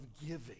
giving